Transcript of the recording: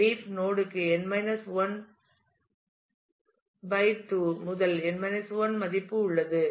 leaf node க்கு 2 முதல் n 1 மதிப்பு உள்ளது